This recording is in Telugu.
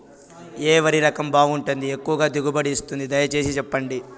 ఏ వరి రకం బాగుంటుంది, ఎక్కువగా దిగుబడి ఇస్తుంది దయసేసి చెప్పండి?